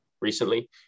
recently